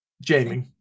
jamie